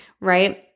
right